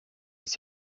als